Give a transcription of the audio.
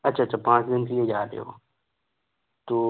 अच्छा अच्छा पाँच दिन के लिए जा रहे हो तो